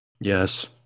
Yes